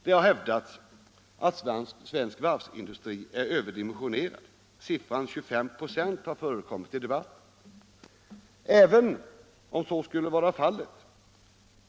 Det har hävdats att svensk varvsindustri är överdimensionerad, siffran 25 96 har förekommit i debatten.